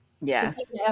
yes